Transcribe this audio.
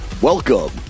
Welcome